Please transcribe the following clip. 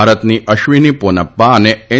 ભારતની આશ્વિની પોનપ્પા અને એન